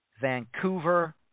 Vancouver